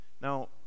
Now